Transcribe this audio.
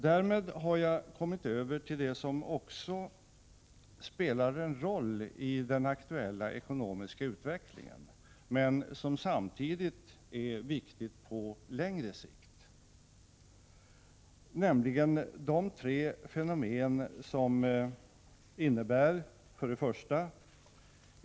Därmed har jag kommit över till det som också spelar en roll i den aktuella ekonomiska utvecklingen, men som samtidigt är viktigt på längre sikt. Det rör sig om tre fenomen: 1.